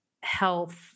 health